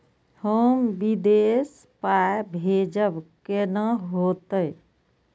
हम विदेश पाय भेजब कैना होते?